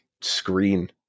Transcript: screen